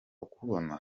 kubona